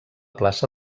plaça